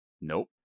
Nope